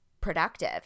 productive